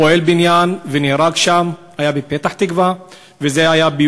באתר בנייה שבו